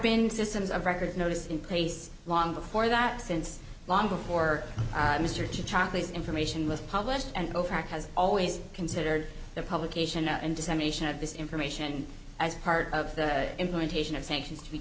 been systems of record notice in place long before that since long before mr to talkies information was published and overact has always considered the publication and dissemination of this information as part of the implementation of sanctions to be